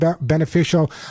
beneficial